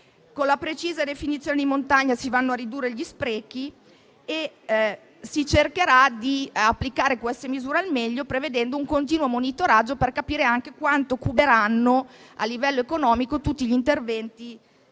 Con la precisa definizione di montagna si vanno a ridurre gli sprechi e si cercherà di applicare le misure al meglio, prevedendo un continuo monitoraggio per capire anche quanto occuperanno a livello economico tutti gli interventi